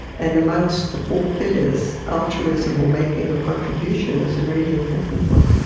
and amongst the four pillars, altruism or making a contribution is a really important one.